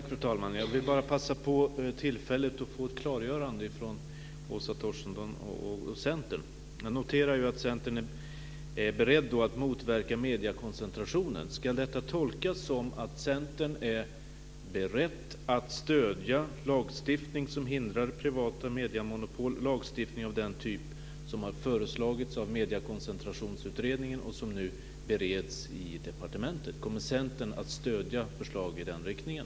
Fru talman! Jag vill bara passa på tillfället att få ett klargörande från Åsa Torstensson och Centern. Jag noterar att Centern är berett att motverka mediekoncentrationen. Ska detta tolkas som att Centern är berett att stödja lagstiftning som hindrar privata mediemonopol - lagstiftning av den typ som har föreslagits av mediekoncentrationsutredningen och som nu bereds i departementet? Kommer Centern att stödja förslag i den riktningen?